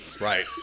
Right